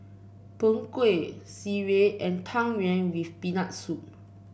Png Kueh sireh and Tang Yuen with Peanut Soup